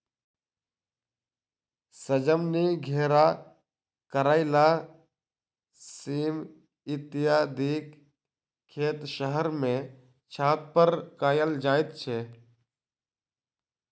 सजमनि, घेरा, करैला, सीम इत्यादिक खेत शहर मे छत पर कयल जाइत छै